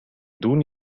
دون